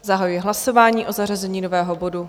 Zahajuji hlasování o zařazení nového bodu.